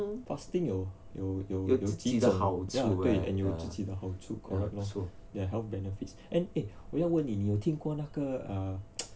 fasting 有有有自己的好处 ya 对 and 有自己的好处 correct there are health benefits and eh 我要问你你有听过那个 err